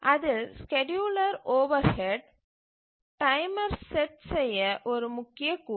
அதில் scheduler overhead timer set செய்ய ஒரு முக்கிய கூறு